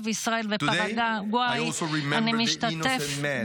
אני שולח תנחומים